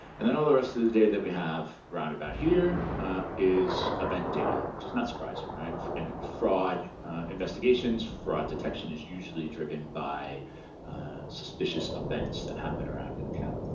and then all the rest of the the data that we have round about here is event data, which is not surprising fraud investigations, fraud detection is usually driven by suspicious events that happen around an account.